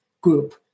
group